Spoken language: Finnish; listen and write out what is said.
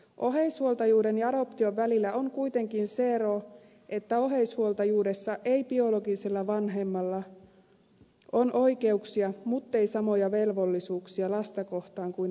oheishuoltajuuden ja adoption välillä on kuitenkin se ero että oheishuoltajuudessa biologisella vanhemmalla on oikeuksia muttei samoja velvollisuuksia lasta kohtaan kuin adoptiossa